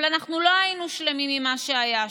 אבל לא היינו שלמים עם מה שהיה שם,